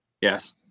Yes